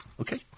Okay